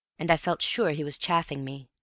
and i felt sure he was chaffing me.